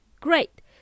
great